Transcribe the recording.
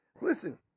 Listen